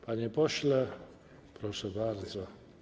Panie pośle, proszę bardzo.